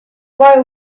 boy